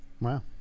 Wow